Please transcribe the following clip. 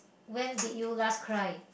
when did you last cry